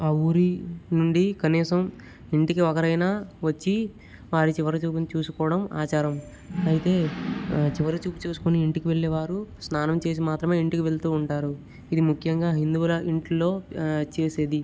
ఆ ఊరి నుండి కనీసం ఇంటికి ఒకరైనా వచ్చి వారి చివరి చూపులు చూసుకోవడం ఆచారం అయితే ఆ చివరి చూపు చూసుకొని ఇంటికి వెళ్ళేవారు స్నానం చేసి మాత్రమే ఇంటికి వెళుతూ ఉంటారు ఇది ముఖ్యంగా హిందువుల ఇంట్లో చేసేది